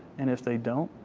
and if they don't,